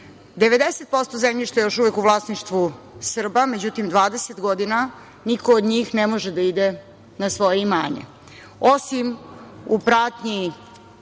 zemljišta je još uvek u vlasništvu Srba. Međutim, 20 godina niko od njih ne može da ide na svoje imanje,